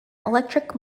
electric